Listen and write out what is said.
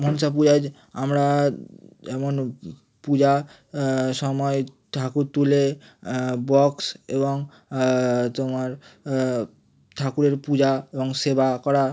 মনসা পূজায় যে আমরা যেমন পূজা সময় ঠাকুর তুলে বক্স এবং তোমার ঠাকুরের পূজা এবং সেবা করা